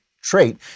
trait